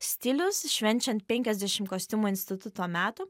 stilius švenčiant penkiasdešim kostiumų instituto metų